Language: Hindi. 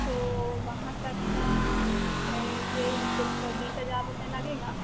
तो वहाँ तक का यहीं कुछ बीस हज़ार रुपये लगेगा